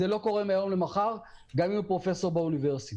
זה לא קורה מהיום למחר גם אם הוא פרופסור באוניברסיטה.